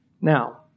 Now